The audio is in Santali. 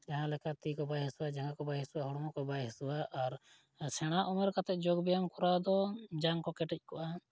ᱡᱟᱦᱟᱸ ᱞᱮᱠᱟ ᱛᱤᱠᱚ ᱵᱟᱭ ᱦᱟᱥᱩᱣᱟ ᱡᱟᱸᱜᱟ ᱠᱚ ᱵᱟᱥᱩᱣᱟ ᱦᱚᱲᱢᱚ ᱠᱚ ᱵᱟᱭ ᱦᱟᱥᱩᱣᱟ ᱟᱨ ᱥᱮᱬᱟ ᱩᱢᱮᱨ ᱠᱟᱛᱮᱫ ᱡᱳᱜᱽ ᱵᱮᱭᱟᱢ ᱠᱚᱨᱟᱣ ᱫᱚ ᱡᱟᱝ ᱠᱚ ᱠᱮᱴᱮᱡ ᱠᱚᱜᱼᱟ